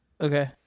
Okay